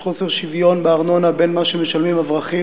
יש חוסר שוויון בארנונה בין מה שמשלמים אברכים